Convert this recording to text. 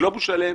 יש גלובוס שלם.